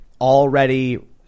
already